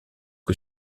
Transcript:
que